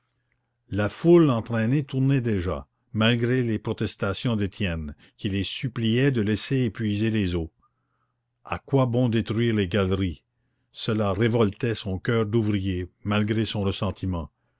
la foule entraînée tournait déjà malgré les protestations d'étienne qui les suppliait de laisser épuiser les eaux a quoi bon détruire les galeries cela révoltait son coeur d'ouvrier malgré son ressentiment